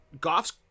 Goff's